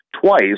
twice –